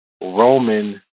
Roman